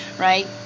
right